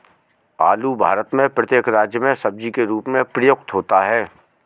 आलू भारत में प्रत्येक राज्य में सब्जी के रूप में प्रयुक्त होता है